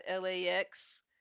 LAX